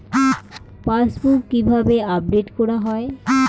Passbook কিভাবে update করা হয়?